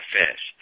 fish